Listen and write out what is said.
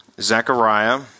Zechariah